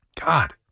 God